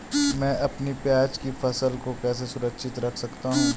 मैं अपनी प्याज की फसल को कैसे सुरक्षित रख सकता हूँ?